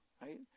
right